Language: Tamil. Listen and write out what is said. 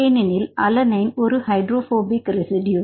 ஏனெனில் அலனைன் ஒரு ஹைட்ரோபோபிக் ரெசிடியோ